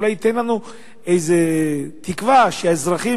אולי ייתן לנו איזו תקווה שהאזרחים